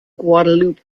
guadalupe